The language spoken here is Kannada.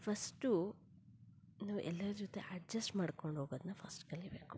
ಫಸ್ಟು ನಾವು ಎಲ್ಲರ ಜೊತೆ ಅಡ್ಜಸ್ಟ್ ಮಾಡ್ಕೊಂಡು ಹೋಗೋದನ್ನ ಫಸ್ಟ್ ಕಲಿಬೇಕು